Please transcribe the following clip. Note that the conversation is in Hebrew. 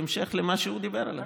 בהמשך למה שהוא דיבר עליו.